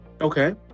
okay